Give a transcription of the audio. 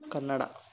Kannada